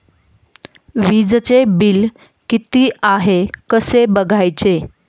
वीजचे बिल किती आहे कसे बघायचे?